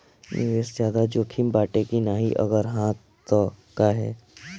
निवेस ज्यादा जोकिम बाटे कि नाहीं अगर हा तह काहे?